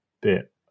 bit